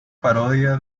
parodia